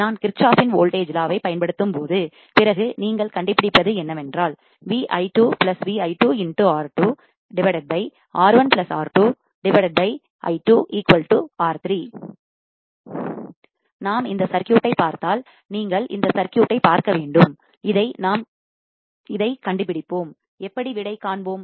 நான் கிர்ச்சோஃப்பின் voltage law வை பயன்படுத்தும்போது பிறகு நீங்கள் கண்டுபிடிப்பது என்னவென்றால் நாம் இந்த சர்க்யூட் டை பார்த்தால் நீங்கள் இந்த சர்க்யூட் டை பார்க்க வேண்டும் நாம் இதை கண்டு பிடிப்போம் எப்படி விடை காண்போம்